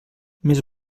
més